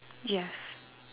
yes